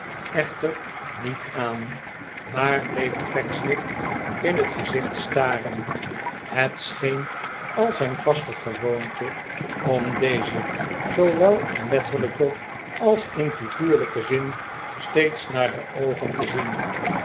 echter niet aan maar bleef pecksniff in het gezicht staren het scheen al zijn vaste gewoonte om dezen zoowel in letterlijken als in figuurlijken zin steeds naar de oogen te zien